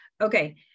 Okay